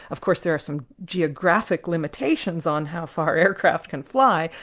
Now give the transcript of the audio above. of course there are some geographic limitations on how far aircraft can fly,